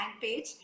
page